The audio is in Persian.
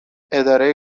اداره